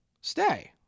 stay